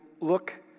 look